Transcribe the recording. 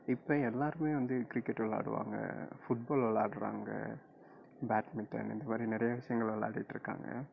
இப்போ எல்லோருமே வந்து கிரிக்கெட் விளாடுவாங்க ஃபுட்பால் விளாடுறாங்க பேட்மிட்டன் இந்த மாதிரி நிறைய விஷயங்கள் விளையாடிட்டு இருக்காங்க